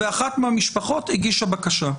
ואחת מהמשפחות הגישה בקשה.